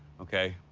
okay.